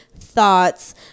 thoughts